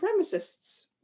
supremacists